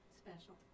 special